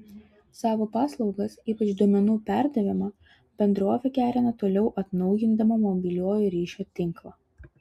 savo paslaugas ypač duomenų perdavimo bendrovė gerina toliau atnaujindama mobiliojo ryšio tinklą